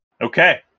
Okay